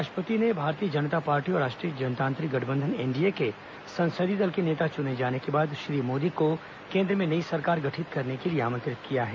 राष्ट्रपति ने भारतीय जनता पार्टी और राष्ट्रीय जनतांत्रिक गठबंधन एनडीए के संसदीय दल के नेता चुने जाने के बाद श्री मोदी को केन्द्र में नई सरकार गठित करने के लिए आमंत्रित किया है